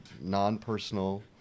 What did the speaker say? non-personal